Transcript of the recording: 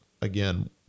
again